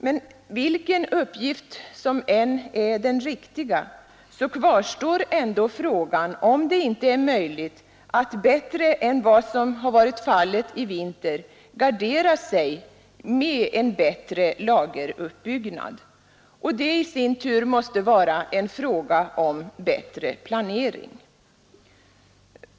Men vilken uppgift som än är den riktiga kvarstår ändå frågan, om det inte är möjligt att bättre än vad som har varit fallet i vinter gardera sig med en lageruppbyggnad. Det måste i sin tur vara en fråga om bättre planering.